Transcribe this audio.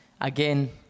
again